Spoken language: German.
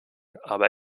aber